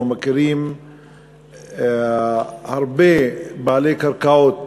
אנחנו מכירים הרבה בעלי קרקעות